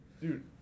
Dude